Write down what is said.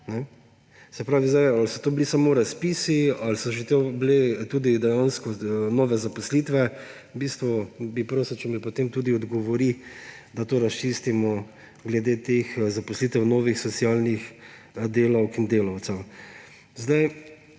Se pravi, ali so to bili samo razpisi ali so bile dejansko tudi nove zaposlitve. V bistvu bi prosil, če mi potem tudi odgovori, da razčistimo glede teh zaposlitev novih socialnih delavk in delavcev.